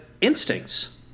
instincts